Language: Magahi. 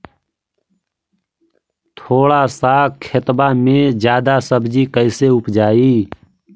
थोड़ा सा खेतबा में जादा सब्ज़ी कैसे उपजाई?